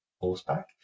horseback